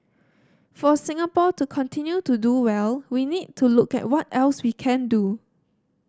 for Singapore to continue to do well we need to look at what else we can do